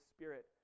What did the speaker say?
Spirit